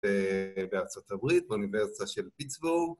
בארצות הברית, באוניברסיטה של פיטסבורג